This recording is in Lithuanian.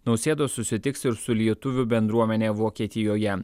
nausėda susitiks ir su lietuvių bendruomene vokietijoje